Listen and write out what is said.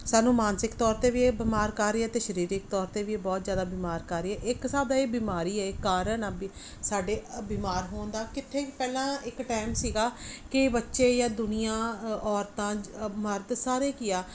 ਸਾਨੂੰ ਮਾਨਸਿਕ ਤੌਰ 'ਤੇ ਵੀ ਇਹ ਬਿਮਾਰ ਕਰ ਰਹੀ ਆ ਅਤੇ ਸਰੀਰਕ ਤੌਰ 'ਤੇ ਵੀ ਇਹ ਬਹੁਤ ਜ਼ਿਆਦਾ ਬਿਮਾਰ ਕਰ ਰਹੀ ਹੈ ਇੱਕ ਹਿਸਾਬ ਦਾ ਇਹ ਬਿਮਾਰੀ ਇਹ ਕਾਰਨ ਆ ਵੀ ਅ ਸਾਡੇ ਬਿਮਾਰ ਹੋਣ ਦਾ ਕਿੱਥੇ ਪਹਿਲਾਂ ਇੱਕ ਟਾਈਮ ਸੀਗਾ ਕਿ ਬੱਚੇ ਜਾਂ ਦੁਨੀਆਂ ਅ ਔਰਤਾਂ ਜਾਂ ਮਰਦ ਸਾਰੇ ਕੀ ਆ